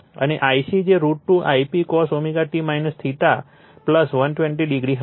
અને Ic જે √ 2 Ip cos t 120o હશે